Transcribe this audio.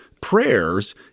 prayers